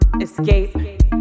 escape